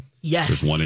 yes